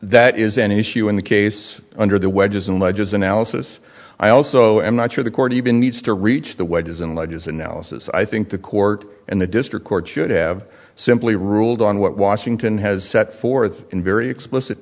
that is an issue in the case under the wedges and i just analysis i also am not sure the court even needs to reach the wedges and ledges analysis i think the court and the district court should have simply ruled on what washington has set forth in very explicit